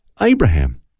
Abraham